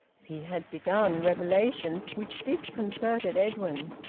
he had begun revelations which disconcerted edwin,